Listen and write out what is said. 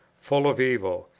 full of evil,